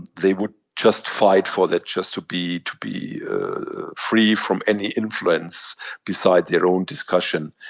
they would just fight for that just to be to be free from any influence besides their own discussion.